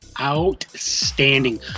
outstanding